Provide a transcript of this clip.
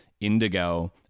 Indigo